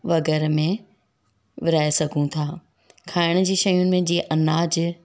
उहो घर में विरिहाए सघूं था खाइण जी शयुनि में जीअं अनाज